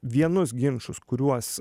vienus ginčus kuriuos